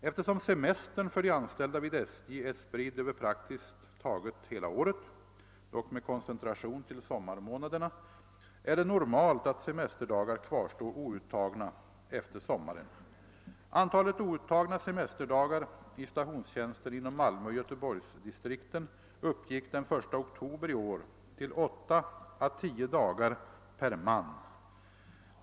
Eftersom semestern för de anställda vid SJ är spridd över praktiskt taget hela året — dock med koncentration till sommarmånaderna — är det normalt att semesterdagar kvarstår outtagna efter sommaren. Antalet outtagna semesterdagar i stationstjänsten inom Malmöoch Göteborgsdistrikten uppgick den 1 oktober i år till 8 å 10 dagar per man.